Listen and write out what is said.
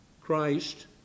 Christ